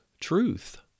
truth